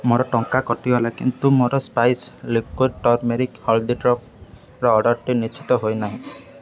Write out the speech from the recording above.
ମୋର ଟଙ୍କା କଟିଗଲା କିନ୍ତୁ ମୋର ସ୍ପାଇସ୍ ଲିକ୍ୱିଡ଼୍ ଟର୍ମେରିକ୍ ହଲ୍ଦି ଡ଼୍ରପ୍ର ଅର୍ଡ଼ର୍ଟି ନିଶ୍ଚିତ ହୋଇନାହିଁ